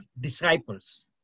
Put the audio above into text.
disciples